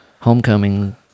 Homecoming